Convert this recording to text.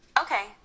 Okay